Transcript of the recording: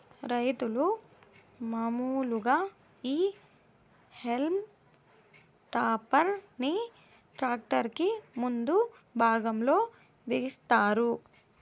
రైతులు మాములుగా ఈ హల్మ్ టాపర్ ని ట్రాక్టర్ కి ముందు భాగం లో బిగిస్తారు